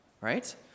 right